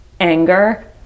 anger